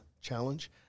challenge